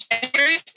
January